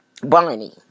Barney